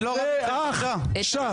בבקשה,